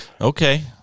Okay